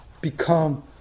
become